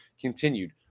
continued